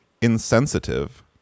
insensitive